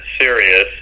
serious